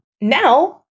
Now